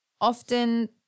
Often